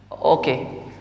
okay